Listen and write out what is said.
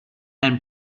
and